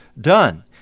done